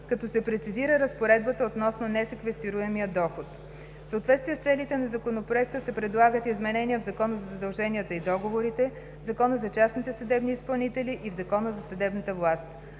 като се прецизира разпоредбата относно несеквестируемия доход. В съответствие с целите на Законопроекта се предлагат изменения в Закона за задълженията и договорите, Закона за частните съдебни изпълнители и в Закона за съдебната власт.